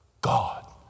God